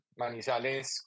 manizales